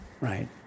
Right